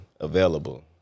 available